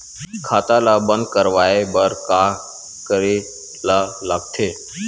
खाता ला बंद करवाय बार का करे ला लगथे?